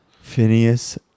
Phineas